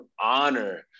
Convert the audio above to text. honor